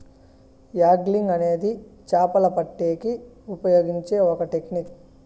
angling అనేది చాపలు పట్టేకి ఉపయోగించే ఒక టెక్నిక్